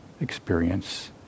experience